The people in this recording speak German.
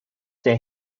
der